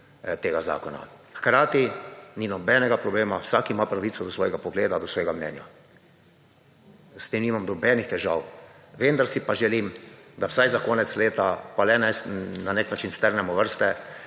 tega zakona, hkrati ni nobenega problema, vsak ima pravico do svojega pogleda, do svojega mnenja. Jaz s tem nimam nobenih težav. Vendar si pa želim, da vsaj za konec leta pa le na nek način strnemo vrste